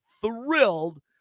thrilled